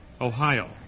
Ohio